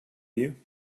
you